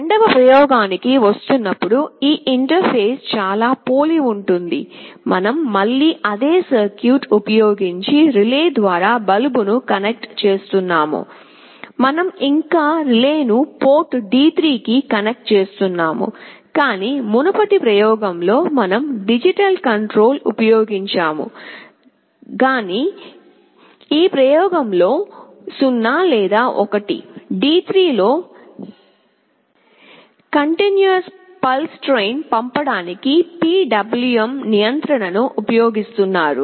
రెండవ ప్రయోగానికి వస్తున్నప్పుడు ఈ ఇంటర్ఫేస్ చాలా పోలి ఉంటుంది మనం మళ్ళీ అదే సర్క్యూట్ ఉపయోగించి రిలే ద్వారా బల్బును కనెక్ట్ చేస్తున్నాము మనం ఇంకా రిలే ను పోర్ట్ D3 కి కనెక్ట్ చేస్తున్నాము కాని మునుపటి ప్రయోగంలో మనం డిజిటల్ కంట్రోల్ ఉపయోగించాము కానీ ఈ ప్రయోగం లో 0 లేదా 1 D3 లో కంటిన్యూస్ పల్స్ ట్రైన్ పంపడానికి PWM నియంత్రణను ఉపయోగిస్తున్నారు